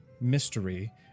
mystery